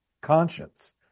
conscience